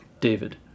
David